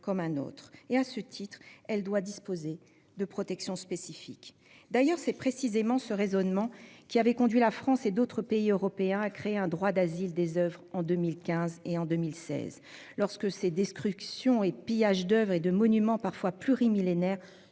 et, à ce titre, elle doit disposer de protections spécifiques. C'est précisément ce raisonnement qui avait conduit la France et d'autres pays européens à créer un droit d'asile des oeuvres en 2015 et 2016, lorsque les destructions et pillages d'oeuvres et de monuments parfois plurimillénaires